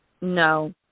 No